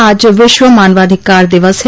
आज विश्व मानवाधिकार दिवस है